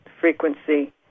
frequency